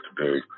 today